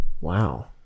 Wow